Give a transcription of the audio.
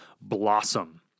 blossom